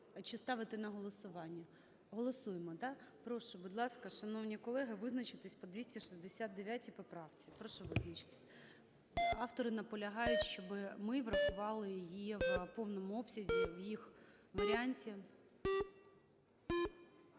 чи ставите на голосування? Голосуємо, так? Прошу, будь ласка, шановні колеги, визначитись по 269 поправці. Прошу визначитись. Автори наполягають, щоби ми врахували її в повному обсязі в їх варіанті.